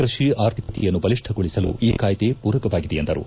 ಕೃಷಿ ಅರ್ಥಿಕತೆಯನ್ನು ಬಲಿಷ್ಟಗೊಳಿಸಲು ಈ ಕಾಯ್ಲಿ ಪೂರಕವಾಗಿದೆ ಎಂದರು